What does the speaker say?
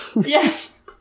Yes